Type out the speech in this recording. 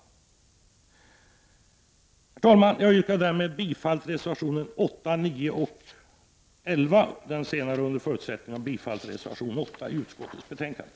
Herr talman! Jag yrkar bifall till reservationerna 8 och 9 och — under förutsättning av bifall till reservation 8 — bifall till reservation 11.